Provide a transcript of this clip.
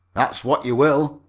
that's what you will,